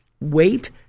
wait